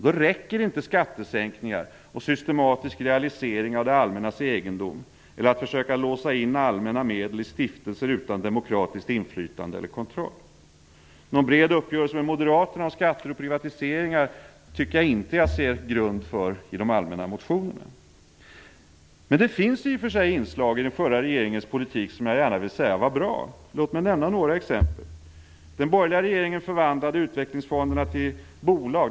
Då räcker det inte med skattesänkningar och systematisk realisering av det allmännas egendom eller att försöka låsa in allmänna medel i stiftelser utan demokratiskt inflytande eller kontroll. Någon bred uppgörelse med moderaterna om skatter och privatiseringar tycker jag inte jag ser grund för i de allmänna motionerna. Men det finns i och för sig inslag i den förra regeringens politik som var bra. Det vill jag gärna säga. Låt mig nämna några exempel. Den borgerliga regeringen förvandlade utvecklingsfonderna till bolag.